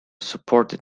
supported